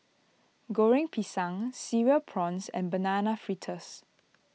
Goreng Pisang Cereal Prawns and Banana Fritters